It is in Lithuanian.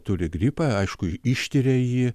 turi gripą aišku ištiria jį